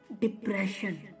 depression